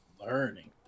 Learning